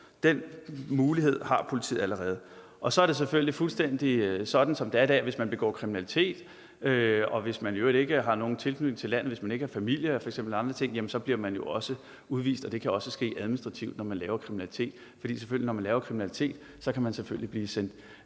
den mulighed har politiet allerede. Og så er det selvfølgelig sådan, som det allerede er i dag, at hvis man begår kriminalitet og i øvrigt ikke har nogen tilknytning til landet, f.eks. familie eller andre ting, så bliver man jo også udvist, og det kan også ske administrativt. For når man begår kriminalitet, kan man selvfølgelig blive sendt